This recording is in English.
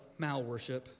malworship